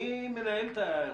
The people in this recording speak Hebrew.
אבל מי מנהל את האירוע?